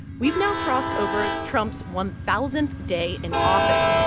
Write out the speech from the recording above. we've now crossed over trump's one thousandth day in office.